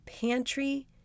pantry